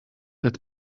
that